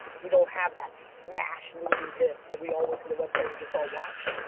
we don't have that smash movie hit that we all went to the website and just all watched,